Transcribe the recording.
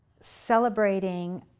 celebrating